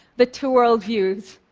the two worldviews.